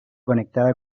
conectada